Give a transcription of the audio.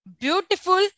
beautiful